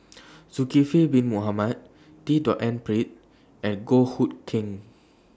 Zulkifli Bin Mohamed D The N Pritt and Goh Hood Keng